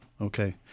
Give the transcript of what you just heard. Okay